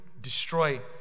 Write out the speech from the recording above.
destroy